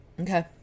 Okay